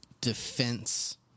defense